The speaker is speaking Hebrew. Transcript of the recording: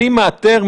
אני מאתר,